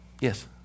Yes